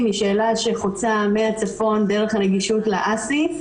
היא שאלה שחוצה מהצפון דרך הנגישות לאסי,